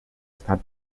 estat